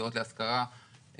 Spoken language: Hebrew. דירות להשכרה,